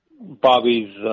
Bobby's